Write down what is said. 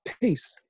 peace